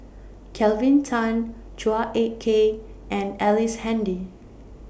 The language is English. Kelvin Tan Chua Ek Kay and Ellice Handy